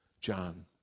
John